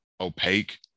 opaque